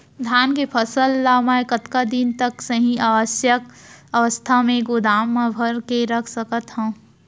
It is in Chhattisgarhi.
धान के फसल ला मै कतका दिन तक सही अवस्था में गोदाम मा भर के रख सकत हव?